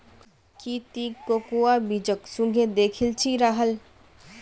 की ती कोकोआ बीजक सुंघे दखिल छि राहल